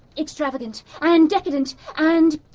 extravagant! ah and decadent! and,